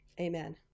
Amen